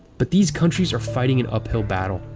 but these countries are fighting an uphill battle.